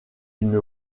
une